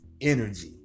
energy